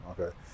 Okay